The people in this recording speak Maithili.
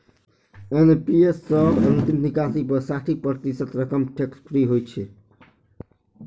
एन.पी.एस सं अंतिम निकासी पर साठि प्रतिशत रकम टैक्स फ्री होइ छै